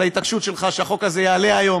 על ההתעקשות שלך שהחוק הזה יעלה היום